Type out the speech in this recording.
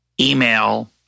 email